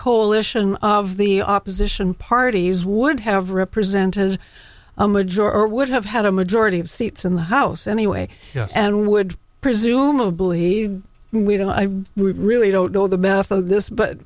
coalition of the opposition parties would have represent has a majority would have had a majority of seats in the house anyway and would presumably we don't i really don't know the math of this but